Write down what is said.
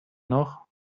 noch